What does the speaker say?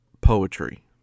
poetry